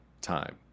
time